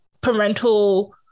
parental